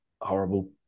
horrible